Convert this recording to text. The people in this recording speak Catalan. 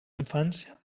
infància